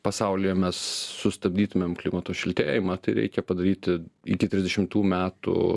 pasaulyje mes sustabdytumėm klimato šiltėjimą tai reikia padaryti iki trisdešimtų metų